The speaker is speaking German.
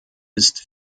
ist